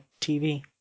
TV